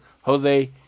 Jose